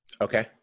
Okay